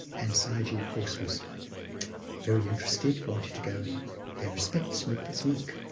and sayagyi, of course, was very interested, wanted to go and pay respects, meet this monk.